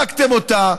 הרגתם אותה,